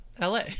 la